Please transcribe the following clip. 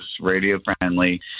radio-friendly